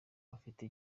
ufite